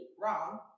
wrong